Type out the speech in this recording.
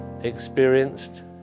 experienced